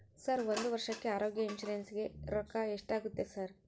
Sir ಒಂದು ವರ್ಷಕ್ಕೆ ಆರೋಗ್ಯ ಇನ್ಶೂರೆನ್ಸ್ ಗೇ ರೊಕ್ಕಾ ಎಷ್ಟಾಗುತ್ತೆ ಸರ್?